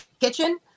kitchen